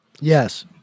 Yes